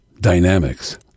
dynamics